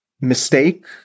mistake